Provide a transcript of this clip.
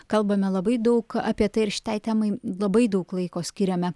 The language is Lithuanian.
kalbame labai daug apie tai ir šitai temai labai daug laiko skiriame